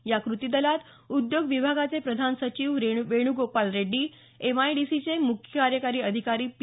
या कृतीदलात उद्योग विभागाचे प्रधान सचिव वेणुगोपाल रेड्डी एमआयडीसीचे मुख्य कार्यकारी अधिकारी पी